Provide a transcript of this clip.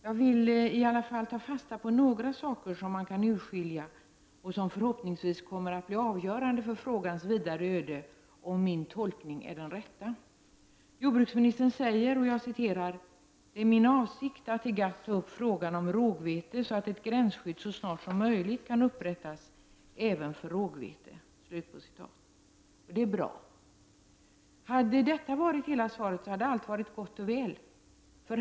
Jag vill i alla fall ta fasta på några saker som man kan urskilja och som förhoppningsvis kommer att bli avgörande för frågans vidare öde, om min tolkning är den rätta. Jordbruksministern säger: ”Det är min avsikt att i GATT ta upp frågan om rågvete så att ett gränsskydd så snart som möjligt kan upprättas även för rågvete.” Det är bra, och hade detta varit hela svaret, så hade allt varit gott och väl.